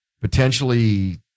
potentially